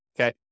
okay